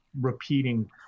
repeating